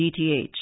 DTH